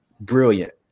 Brilliant